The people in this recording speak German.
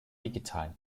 digitalen